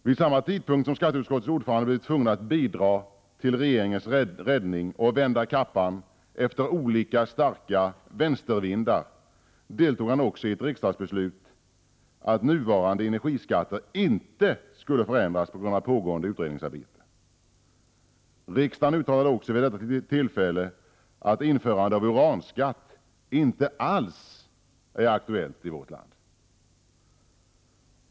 Vid samma tidpunkt som skatteutskottets ordförande blev tvungen att bidra till regeringens räddning och vända kappan efter olika starka vänstervindar deltog han också i ett riksdagsbeslut om att nuvarande energiskatter inte skulle förändras på grund av pågående utredningsarbete. Riksdagen uttalade också vid detta tillfälle att införande av uranskatt inte alls är aktuellt i vårt land.